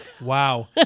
Wow